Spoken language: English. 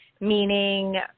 meaning